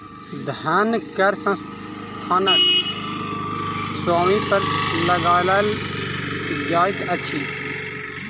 धन कर संस्थानक स्वामी पर लगायल जाइत अछि